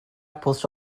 post